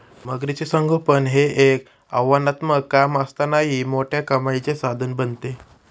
मगरीचे संगोपन हे एक आव्हानात्मक काम असतानाही मोठ्या कमाईचे साधन बनते